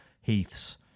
Heath's